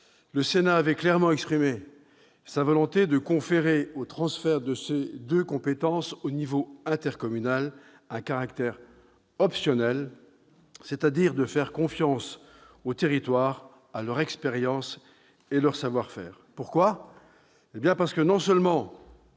le Sénat avait clairement exprimé sa volonté de conférer au transfert de ces deux compétences à l'échelon intercommunal un caractère optionnel, c'est-à-dire de faire confiance aux territoires, à leur expérience et à leur savoir-faire. Pourquoi ?